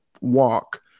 walk